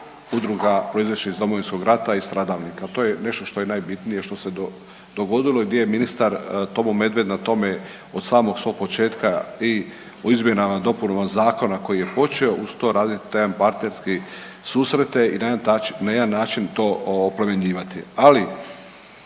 udruga proizašlih iz Domovinskog rata i stradalnika. To je nešto što je najbitnije što se dogodilo i gdje je ministar Tomo Medved na tome od samog svog početka i u izmjenama i dopunama zakona koji je počeo, uz to radit taj jedan partnerski susrete i na jedan način to oplemenjivati.